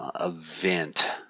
event